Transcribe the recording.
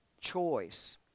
choice